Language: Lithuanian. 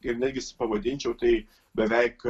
ir netgi pavadinčiau tai beveik